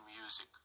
music